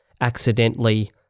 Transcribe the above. accidentally